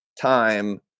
time